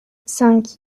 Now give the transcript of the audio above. cinq